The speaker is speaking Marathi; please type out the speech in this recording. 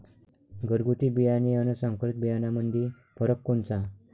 घरगुती बियाणे अन संकरीत बियाणामंदी फरक कोनचा?